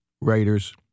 Raiders